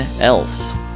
else